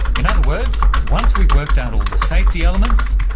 in other words, once we've worked out all the safety elements,